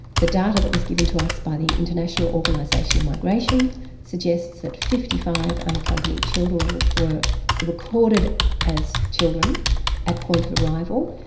the data that was given to us by the international organisation of migration suggests that fifty five unaccompanied children were recorded as children at point of arrival.